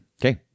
Okay